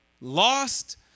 lost